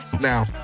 Now